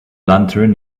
lantern